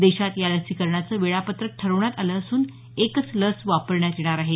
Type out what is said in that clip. देशात या लसीकरणाचं वेळापत्रक ठरवण्यात आलं असून एकच लस वापरण्यात येणार आहे